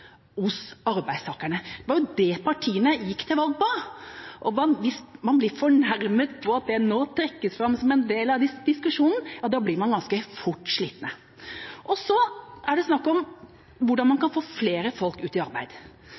hos arbeidstakerne – det var jo det partiene gikk til valg på – og hvis man blir fornærmet for at det nå trekkes fram som en del av diskusjonen, ja, da blir man ganske fort slitne! Så er det snakk om hvordan man kan få flere folk ut i arbeid.